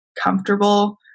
comfortable